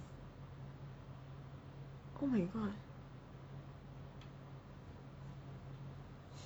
oh my god